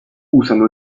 usano